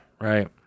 right